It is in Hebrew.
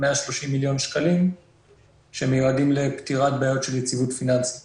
130 מיליון שקלים שמיועדים לפתירת בעיות של יציבות פיננסית